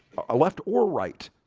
i left or right